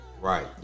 Right